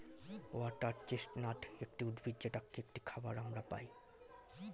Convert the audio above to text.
water chestnut একটি উদ্ভিদ যেটা একটি খাবার আমরা খাই